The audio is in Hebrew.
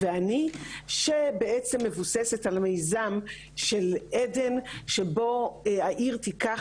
ואני שבעצם מבוססת על המיזם של עדן שבו העיר תקח